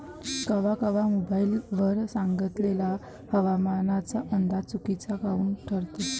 कवा कवा मोबाईल वर सांगितलेला हवामानाचा अंदाज चुकीचा काऊन ठरते?